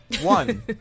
One